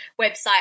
website